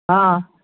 हँ